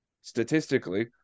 statistically